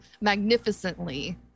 magnificently